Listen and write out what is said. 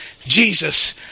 Jesus